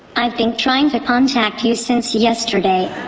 i've been trying to contact you since yesterday.